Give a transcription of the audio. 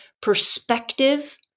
perspective